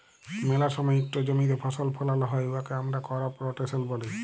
ম্যালা সময় ইকট জমিতে ফসল ফলাল হ্যয় উয়াকে আমরা করপ রটেশল ব্যলি